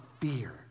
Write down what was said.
fear